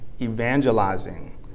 evangelizing